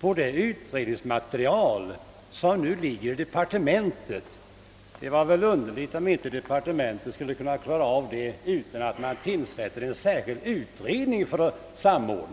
på det utredningsmaterial som nu ligger i departementet. Det vore väl underligt om inte departementet skulle kunna klara av det utan att man tillsätter en särskild utredning som skall samordna.